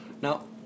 Now